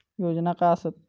योजना काय आसत?